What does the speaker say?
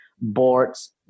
boards